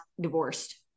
divorced